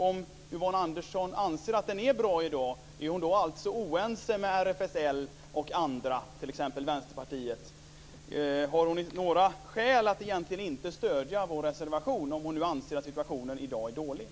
Om Yvonne Andersson anser att den är bra i dag undrar jag om hon är oense med RFSL och andra, t.ex. Vänsterpartiet? Om hon anser att situationen i dag är dålig undrar jag om hon egentligen har några skäl till att inte stödja vår reservation.